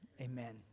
amen